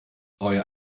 euer